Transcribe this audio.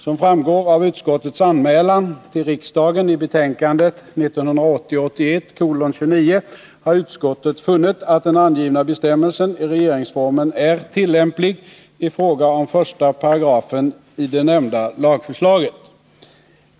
Som framgår av utskottets anmälan till riksdagen i betänkandet 1980/81:29 har utskottet funnit att den angivna bestämmelsen i regeringsformen är tillämplig i fråga om 1§ i det nämnda lagförslaget.